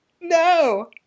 no